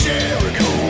Jericho